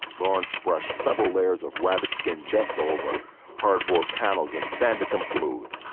lawrence brush several layers of rabbit skin jests over hardball panels and said that them smooth.